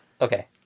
Okay